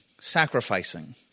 sacrificing